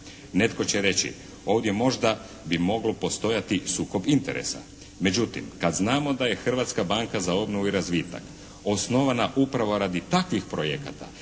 Netko će reći ovdje možda bi moglo postojali sukob interesa. Međutim, kad znamo da je Hrvatska banka za obnovu i razvitak osnovana upravo radi takvih projekata